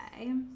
Okay